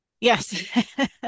Yes